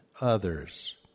others